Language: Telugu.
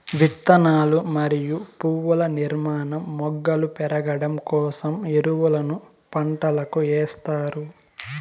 విత్తనాలు మరియు పువ్వుల నిర్మాణం, మొగ్గలు పెరగడం కోసం ఎరువులను పంటలకు ఎస్తారు